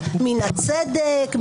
צדק,